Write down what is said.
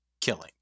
killing